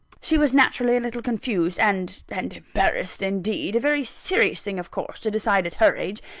she was naturally a little confused and and embarrassed, indeed. a very serious thing of course, to decide at her age,